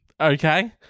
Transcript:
Okay